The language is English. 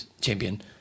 champion